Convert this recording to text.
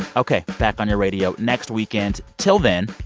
ok. back on your radio next weekend until then,